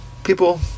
People